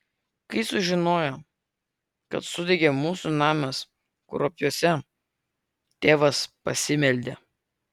kai sužinojo kad sudegė mūsų namas kruopiuose tėvas pasimeldė